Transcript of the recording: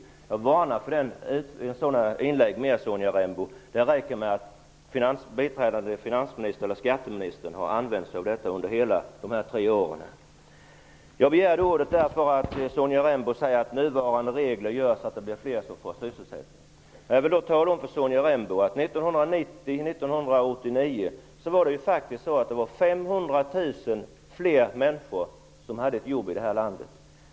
Jag varnar för sådana inlägg, Sonja Rembo. Det räcker med att den biträdande finansministern, eller skatteministern, har använt det argumentet under sina tre år som minister. Jag begärde ordet därför att Sonja Rembo sade att nuvarande regler medför att flera får sysselsättning. Jag vill tala om för Sonja Rembo att 1989/90 var det 500 000 flera människor som hade ett jobb i det här landet.